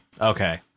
Okay